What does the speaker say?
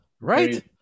Right